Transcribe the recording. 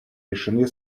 решены